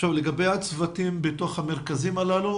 לגבי הצוותים בתוך המרכזים האלה,